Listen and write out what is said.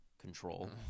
control